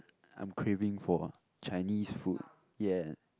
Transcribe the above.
I'm craving for Chinese food ya